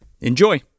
Enjoy